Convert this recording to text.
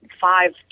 five